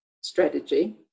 strategy